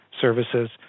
Services